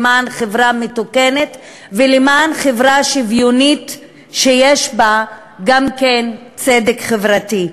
למען חברה מתוקנת ולמען חברה שוויונית שיש בה גם צדק חברתי.